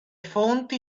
fonti